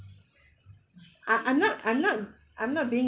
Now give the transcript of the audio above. I I'm not I'm not I'm not being